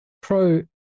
pro